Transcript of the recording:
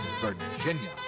Virginia